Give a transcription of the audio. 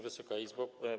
Wysoka Izbo!